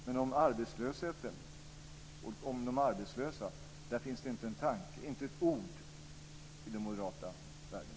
Men det finns inte ett ord om arbetslösheten och de arbetslösa i den moderata världen.